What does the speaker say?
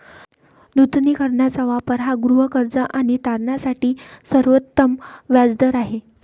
नूतनीकरणाचा वापर हा गृहकर्ज आणि तारणासाठी सर्वोत्तम व्याज दर आहे